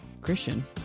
Christian